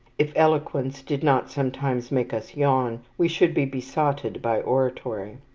if eloquence did not sometimes make us yawn, we should be besotted by oratory.